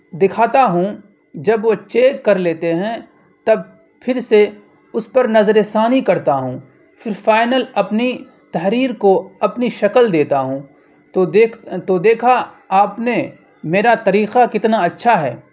دکھاتا ہوں جب وہ چیک کر لیتے ہیں تب پھر سے اس پر نظرِ ثانی کرتا ہوں پھر فائنل اپنی تحریر کو اپنی شکل دیتا ہوں تو تو دیکھا آپ نے میرا طریقہ کتنا اچھا ہے